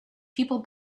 people